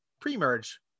pre-merge